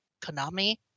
Konami